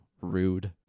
rude